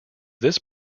this